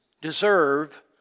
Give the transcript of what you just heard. deserve